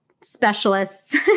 specialists